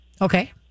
Okay